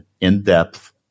in-depth